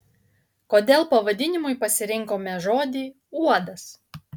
kodėl pavadinimui pasirinkome žodį uodas